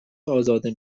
ازاده